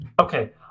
Okay